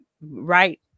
right